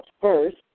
first